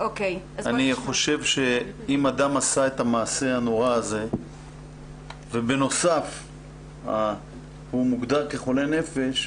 אני חושב שאם אדם עשה את המעשה הנורא הזה ובנוסף הוא מוגדר כחולה נפש,